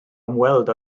ymweld